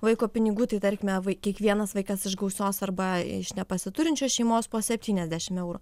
vaiko pinigų tai tarkime vai kiekvienas vaikas iš gausios arba iš nepasiturinčios šeimos po septyniasdešim eurų